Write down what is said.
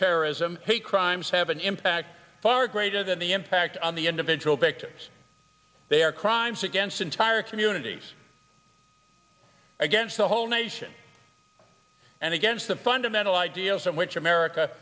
terrorism hate crimes have an impact far greater than the impact on the individual victims their crimes against entire communities against the whole nation and against the fundamental ideals in which america